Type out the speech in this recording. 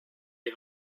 die